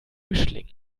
mischling